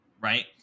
right